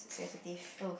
sensitive